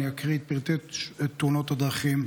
אני אקריא את פרטי תאונות הדרכים,